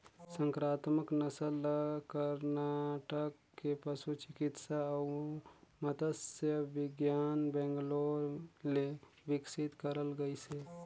संकरामक नसल ल करनाटक के पसु चिकित्सा अउ मत्स्य बिग्यान बैंगलोर ले बिकसित करल गइसे